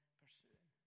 pursuing